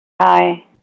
Hi